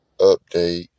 update